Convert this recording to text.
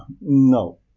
no